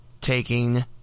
taking